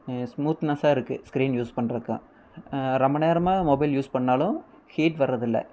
ஸ்மூத்னஸ்ஸாக இருக்கு screen use பண்ணுறக்கு ரொம்ப நேரமாக மொபைல் யூஸ் பண்ணாலும் ஹீட் வரதில்லை